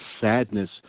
sadness